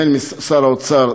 הן שר האוצר,